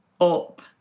up